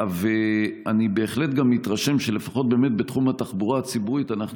אני בהחלט גם מתרשם שלפחות בתחום התחבורה הציבורית אנחנו